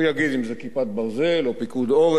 הוא יגיד אם זה "כיפת ברזל" או אם זה פיקוד העורף,